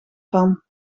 van